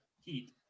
heat